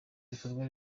ibikorwa